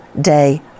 Day